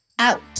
Out